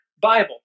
Bible